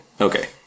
Okay